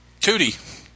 Tootie